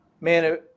man